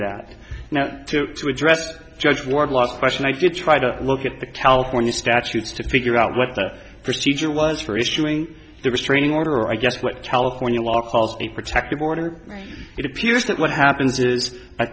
that now to to address judge ward last question i did try to look at the california statutes to figure out what the procedure was for issuing the restraining order i guess what california law calls a protective order it appears that what happens is a